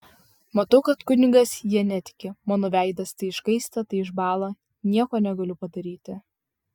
matau kad kunigas ja netiki mano veidas tai iškaista tai išbąla nieko negaliu padaryti